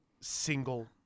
single